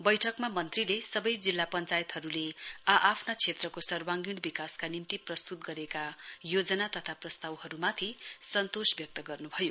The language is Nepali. वैठकमा मन्त्रीले सवै जिल्ला पञ्चायतहरुले आ आफ्ना क्षेत्रको सर्वाङ्गीण विकासका निम्ति प्रस्तुत गरेका योजना तथा प्रस्तावहरुमाथि सन्तोष व्यक्त गर्नभयो